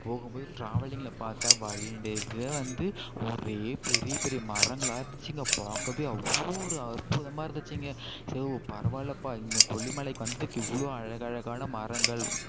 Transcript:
போகும்போது ட்ராவலிங் பார்த்தா வழி நெடுக வந்து ஒரே பெரிய பெரிய மரங்களாக இருந்துச்சுங்க பார்க்கவே அவ்வளோ ஒரு அற்புதமாக இருந்துச்சுங்க சரி பரவாயில்லப்பா கொல்லிமலைக்கு வந்ததுக்கு இவ்வளோ அழகழகான மரங்கள்